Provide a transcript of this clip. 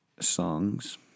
songs